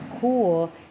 cool